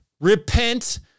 Repent